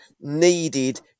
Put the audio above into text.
needed